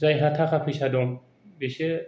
जायहा थाखा फैसा दं बेसो